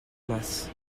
masse